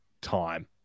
time